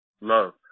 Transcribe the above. Love